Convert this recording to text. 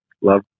love